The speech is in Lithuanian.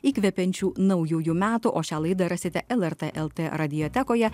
įkvepiančių naujųjų metų o šią laidą rasite lrt lt radiotekoje